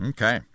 Okay